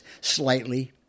slightly